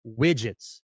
widgets